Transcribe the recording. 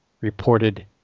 reported